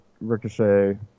Ricochet